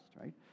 right